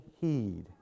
heed